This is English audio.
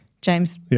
James